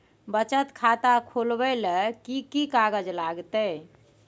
बचत खाता खुलैबै ले कि की कागज लागतै?